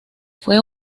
fue